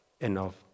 enough